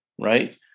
right